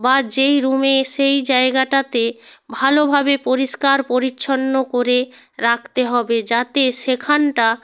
বা যেই রুমে সেই জায়গাটাতে ভালোভাবে পরিষ্কার পরিচ্ছন্ন করে রাখতে হবে যাতে সেখানটা